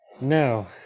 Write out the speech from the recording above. no